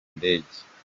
indege